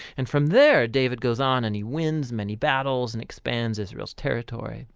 and from there david goes on and he wins many battles and expands israel's territory.